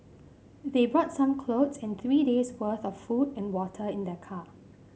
they brought some clothes and three days' worth of food and water in their car